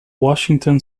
washington